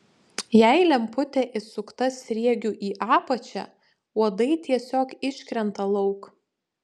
jei lemputė įsukta sriegiu į apačią uodai tiesiog iškrenta lauk